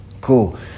Cool